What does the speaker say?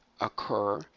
occur